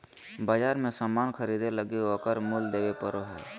बाजार मे सामान ख़रीदे लगी ओकर मूल्य देबे पड़ो हय